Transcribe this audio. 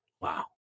Wow